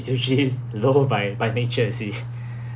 is usually low by by nature